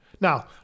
Now